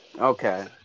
Okay